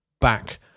back